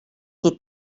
qui